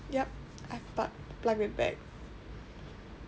yup I've plugged plug it back